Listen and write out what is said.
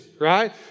Right